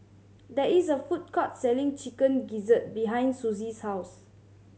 there is a food court selling Chicken Gizzard behind Susie's house